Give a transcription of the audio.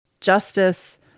justice